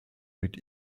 mit